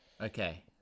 Okay